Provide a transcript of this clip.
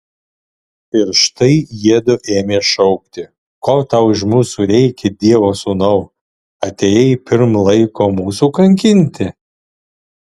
ir štai jiedu ėmė šaukti ko tau iš mūsų reikia dievo sūnau atėjai pirm laiko mūsų kankinti